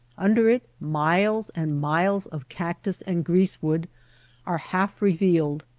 under it miles and miles of cactus and grease wood are half re vealed,